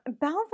Belva